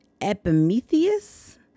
Epimetheus